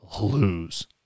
lose